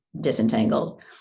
disentangled